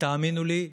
ותאמינו לי,